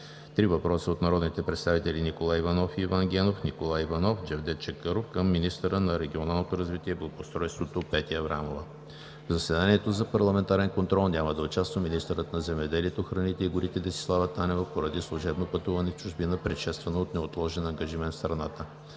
три въпроса от народните представители Николай Иванов и Иван Генов, Николай Иванов, Джевдет Чакъров към министъра на регионалното развитие и благоустройството Петя Аврамова. В заседанието за парламентарен контрол няма да участва министърът на земеделието, храните и горите Десислава Танева поради служебно пътуване в чужбина, предшествано от неотложен ангажимент в страната.